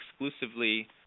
exclusively